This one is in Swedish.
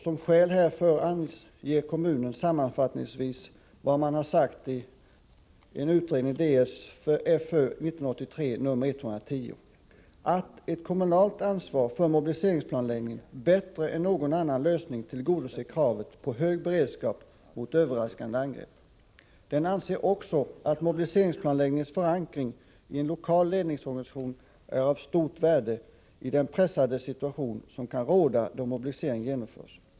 Som skäl härför anger kommittén sammanfattningsvis vad man har sagt i en utredning, Ds Fö 1983:110, att ett kommunalt ansvar för mobiliseringsplanläggningen bättre än någon annan lösning tillgodoser kravet på hög beredskap mot överraskande angrepp. Utredningen anser också att mobiliseringsplanläggningens förankring i en lokal ledningsorganisation är av stort värde i den pressade situation som kan råda då mobiliseringen genomförs.